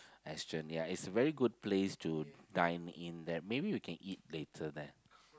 Aston ya it's a very good place to dine in there maybe we can eat later there